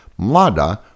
Mlada